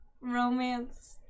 romance